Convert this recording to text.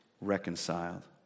reconciled